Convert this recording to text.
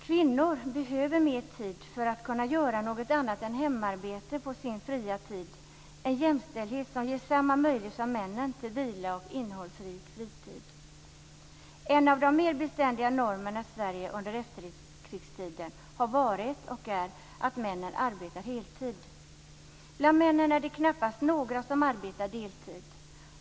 Kvinnor behöver mer tid för att kunna göra något annat än hemarbete på sin fria tid - en jämställdhet som ger samma möjlighet som för männen till vila och en innehållsrik fritid. En av de mer beständiga normerna i Sverige under efterkrigstiden har varit, och är, att männen arbetar heltid. Bland männen är det knappast några som arbetar deltid.